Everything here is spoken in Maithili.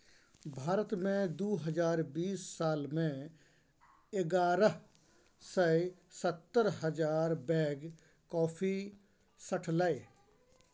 भारत मे दु हजार बीस साल मे एगारह सय सत्तर हजार बैग कॉफी सठलै